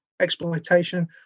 exploitation